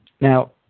Now